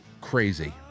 crazy